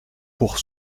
pour